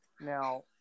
now